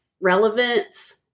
relevance